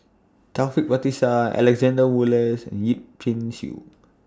Taufik Batisah Alexander Wolters and Yip Pin Xiu